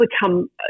become